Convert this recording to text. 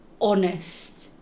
honest